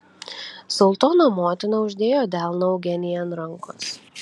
sultono motina uždėjo delną eugenijai ant rankos